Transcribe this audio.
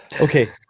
Okay